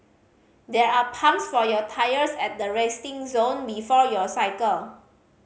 there are pumps for your tyres at the resting zone before you cycle